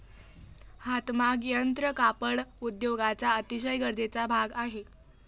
हातमाग यंत्र कापड उद्योगाचा अतिशय गरजेचा भाग आहे